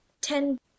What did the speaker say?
ten